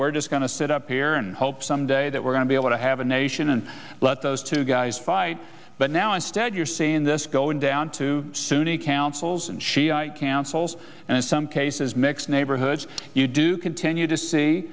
we're just going to sit up here and hope some day that we're going to be able to have a nation and let those two guys fight but now instead you're saying this going down to sunni councils and shia cancels and in some cases mixed neighborhoods you do continue to see